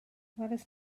welaist